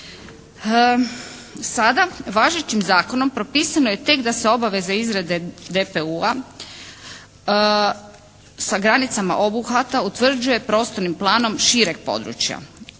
Sada važećim zakonom propisano je tek da se obaveze izrade DPU-a sa granicama obuhvata utvrđuje prostornim planom šireg područja.